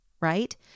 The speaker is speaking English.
right